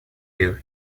you